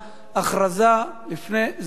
הכרזה לפני סגירת הישיבה.